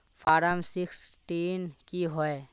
Form sixteen की होय?